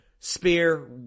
Spear